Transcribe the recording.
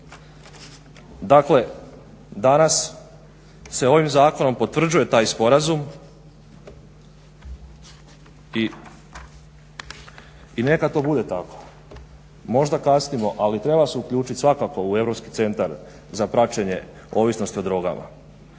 Dakle danas se ovim zakonom potvrđuje taj sporazum i neka to bude tako. Možda kasnimo, ali treba se uključiti svakako u Europski centar za praćenje ovisnosti o drogama.